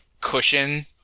cushion